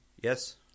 Yes